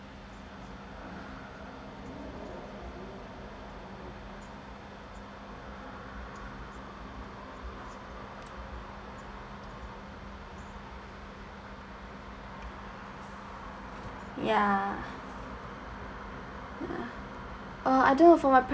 ya ya oh I do for my